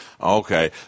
okay